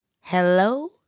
Hello